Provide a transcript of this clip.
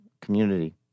community